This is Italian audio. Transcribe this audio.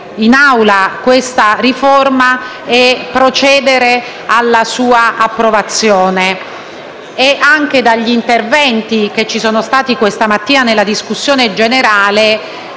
in Aula questa riforma e procedere alla sua approvazione. Anche dagli interventi svolti questa mattina nel corso della discussione generale